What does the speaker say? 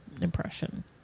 impression